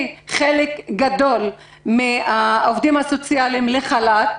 חלק גדול מן העובדים הסוציאליים לחל"ת.